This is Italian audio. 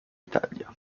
italia